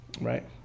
Right